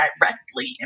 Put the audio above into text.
directly